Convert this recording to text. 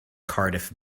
cardiff